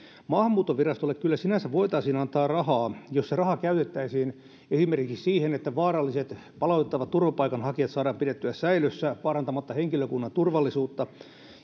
maahanmuuttovirastolle kyllä sinänsä voitaisiin antaa rahaa jos se raha käytettäisiin esimerkiksi siihen että vaaralliset palautettavat turvapaikanhakijat saadaan pidettyä säilössä vaarantamatta henkilökunnan turvallisuutta